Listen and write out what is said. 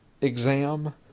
exam